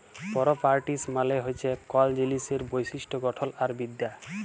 properties মালে হছে কল জিলিসের বৈশিষ্ট গঠল আর বিদ্যা